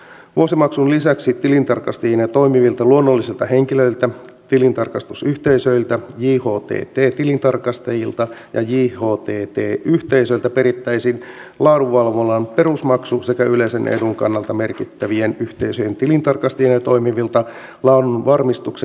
vuosimaksun lisäksi tilintarkastajina toimivilta luonnollisilta henkilöiltä tilintarkastusyhteisöiltä jhtt tilintarkastajilta ja jhtt yhteisöiltä perittäisiin laadunvalvonnan perusmaksu sekä yleisen edun kannalta merkittävien yhteisöjen tilintarkastajina toimivilta laadunvarmistuksen valvontamaksu